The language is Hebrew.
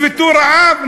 ישבתו רעב,